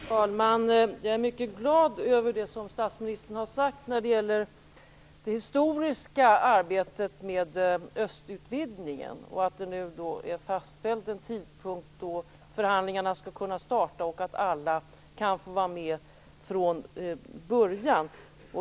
Fru talman! Jag är mycket glad över det som statsministern har sagt när det gäller det historiska arbetet med östutvidgningen, att det nu är fastställt en tidpunkt då förhandlingarna skall kunna starta och att alla kan få vara med från början.